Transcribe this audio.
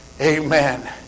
Amen